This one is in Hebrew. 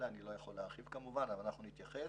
אני לא יכול להרחיב כמובן, אבל אנחנו נתייחס,